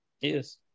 Yes